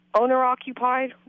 owner-occupied